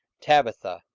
tabitha,